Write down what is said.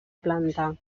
planta